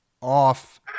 off